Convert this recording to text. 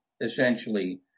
essentially